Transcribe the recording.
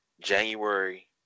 January